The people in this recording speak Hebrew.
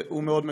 זה מאוד מקומם.